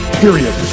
period